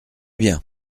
bien